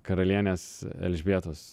karalienės elžbietos